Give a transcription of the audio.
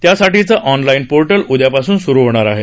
यासाठीचं online portal उद्यापासून स्रु होणार आहे